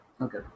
Okay